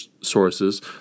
sources